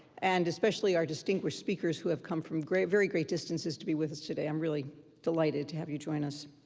and especially our distinguished speakers, who have come from great very great distances to be with us today. i'm really delighted to have you join us.